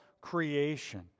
creation